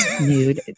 nude